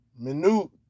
Minute